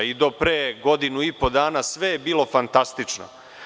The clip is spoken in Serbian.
Do pre godinu i po dana sve je bilo fantastično.